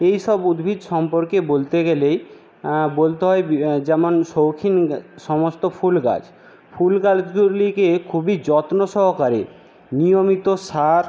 এই সব উদ্ভিদ সম্পর্কে বলতে গেলেই বলতে হয় যেমন শৌখিন সমস্ত ফুল গাছ ফুল গাছগুলিকে খুবই যত্ন সহকারে নিয়মিত সার